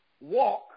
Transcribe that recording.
walk